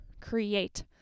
Create